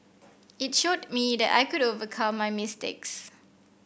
it showed me that I could overcome my mistakes